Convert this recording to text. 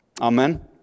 Amen